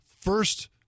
first